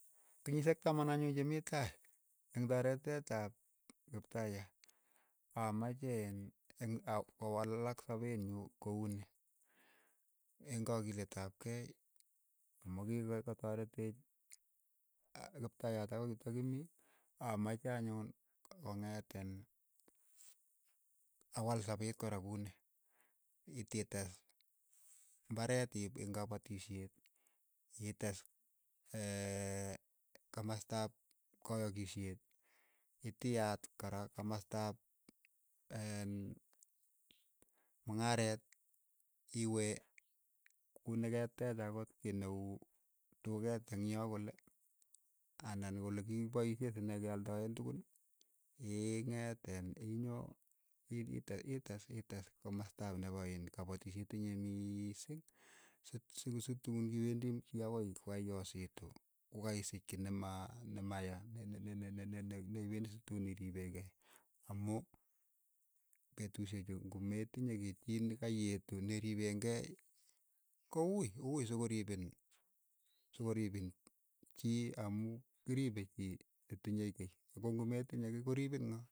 Kenyishek taman anyun che mii tai, eng' tareteet ap kiptayat, amache iin eng' ak kowalak sapenyu ko uni, eng' kokilet ap kei, amu ki ka- katareteech kiptaiyat akoi yutok ki mii, amache anyun kong'et iin awal sapet kora kuni, ititees imbareet ip ing'apatisheet, itees kamastaap kayakisheet itiaat kora kamastaap en mung'areet, iwe kuni keteech akot kei ne uu dukeet ing'yoo kole, anan ko ole kipaishei sinee ke aldaeen tukun, ingeet iin, inyo i- i- itees ites ites komastaap nepo iin kapotishiet inye miising, si- si situun ng'iwendi chii akoi kokaiosiitu kokaisich kei ne maya ne- ne- ne- ne- ne neipeen ne situun iriipe kei, amu petushek chu ng'imetinye kiy chii ne ka ieetu ne ri peen kei ko uui, uui so ko ripiin so ko ripiin chii amu kiripei chii netinye kei, ko ng'o metinye kiy koripin ng'oo.